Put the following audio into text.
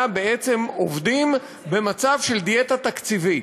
בעצם עובדים במצב של דיאטה תקציבית,